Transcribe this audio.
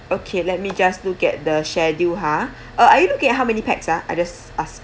okay let me just look at the schedule ha uh are you looking uh how many pax ah I just ask